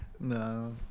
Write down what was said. No